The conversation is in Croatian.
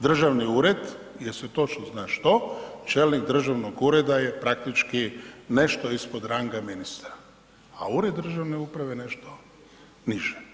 Državni ured jer se točno zna što, čelnik Državnog ureda je praktički nešto ispod ranga ministra a Ured državne uprave je nešto niže.